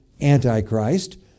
Antichrist